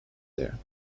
there